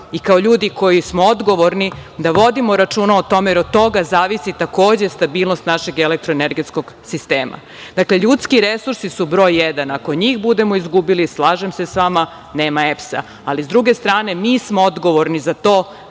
i kao ljudi koji smo odgovorni da vodimo računa o tome, jer od toga zavisi takođe stabilnost našeg elektroenergetskog sistema. Ljudski resursi su broj jedan. Ako njih budemo izgubili, slažem se sa vama, nema EPS-a. Ali sa druge strane, mi smo odgovorni za to